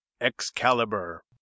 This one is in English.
excalibur